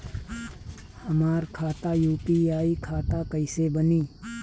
हमार खाता यू.पी.आई खाता कईसे बनी?